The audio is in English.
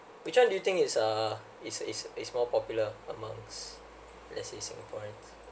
which one do you think it's uh it's it's it's more popular amongst let's say singaporeans